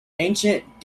ancient